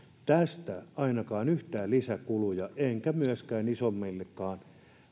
tästä ainakaan yhtään lisäkuluja enkä myöskään isommillekaan